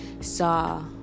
saw